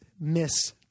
miss